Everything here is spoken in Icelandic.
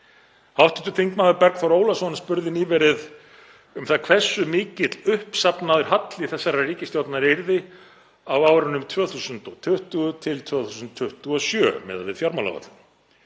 Hv. þm. Bergþór Ólason spurði nýverið um það hversu mikill uppsafnaður halli þessarar ríkisstjórnar yrði á árunum 2020–2027 miðað við fjármálaáætlun.